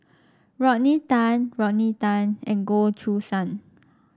Rodney Tan Rodney Tan and Goh Choo San